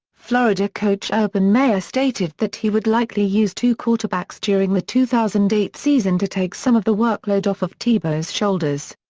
florida coach urban meyer stated that he would likely use two quarterbacks during the two thousand and eight season to take some of the workload off of tebow's shoulders.